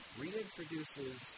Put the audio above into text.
reintroduces